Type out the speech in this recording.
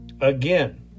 again